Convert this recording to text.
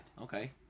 Okay